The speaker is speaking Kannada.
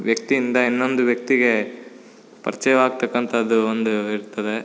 ವ್ಯಕ್ತಿಯಿಂದ ಇನ್ನೊಂದು ವ್ಯಕ್ತಿಗೆ ಪರಿಚಯವಾಗ್ತಕಂಥದ್ದು ಒಂದು ಇರ್ತದೆ